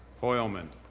hoylman,